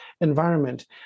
environment